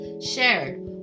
shared